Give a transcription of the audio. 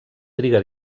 triga